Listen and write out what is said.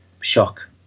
shock